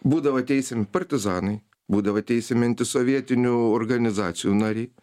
būdavo teisiami partizanai būdavo teisiami antisovietinių organizacijų nariai